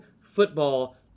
football